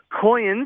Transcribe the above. coins